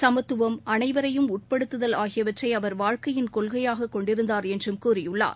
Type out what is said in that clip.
சமத்துவம் அனைவரையும் உட்படுத்துதல் ஆகியவற்றைஅவர் வாழ்க்கையின் கொள்கையாககொண்டிருந்தார் என்றும் கூறியுள்ளார்